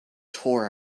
tore